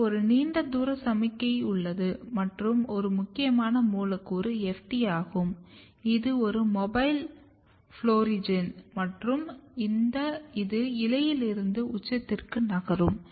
இங்கே ஒரு நீண்ட தூர சமிக்ஞை உள்ளது மற்றும் ஒரு முக்கியமான மூலக்கூறு FT ஆகும் இது ஒரு மொபைல் புளோரிஜென் மற்றும் இது இலையிலிருந்து உச்சத்திற்கு நகரும்